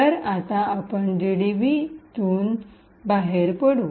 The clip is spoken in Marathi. तर आता आपण जीडीबीतून बाहेर पडू